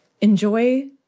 Enjoy